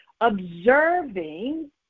observing